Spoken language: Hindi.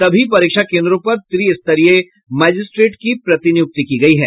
सभी परीक्षा केन्द्रों पर त्रिस्तरीय मजिस्ट्रेट की प्रतिनियुक्ति की गयी है